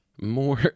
more